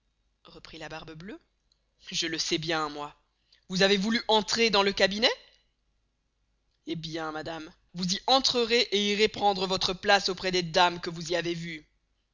reprit la barbe bleuë je le sçay bien moy vous avez voulu entrer dans le cabinet hé bien madame vous y entrerez et irez prendre votre place auprés des dames que vous y avez veuës